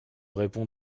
réponds